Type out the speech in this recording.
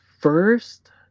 first